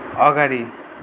अगाडि